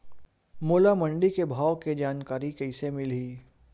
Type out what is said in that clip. मोला मंडी के भाव के जानकारी कइसे मिलही?